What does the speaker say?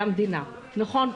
על המדינה, נכון.